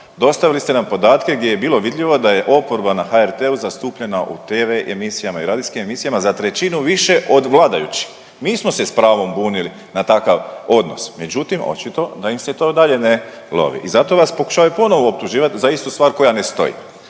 Dostavili ste nam podatke gdje je bilo vidljivo da je oporba na HRT-u zastupljena u tv emisijama i radijskim emisijama za trećinu više od vladajućih. Mi smo se s pravom bunili na takav odnos. Međutim očito da im se to dalje ne lovi. I zato vas pokušavaju ponovno optuživat za istu stvar koja ne stoji.